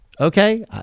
okay